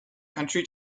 country